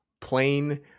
plain